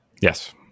yes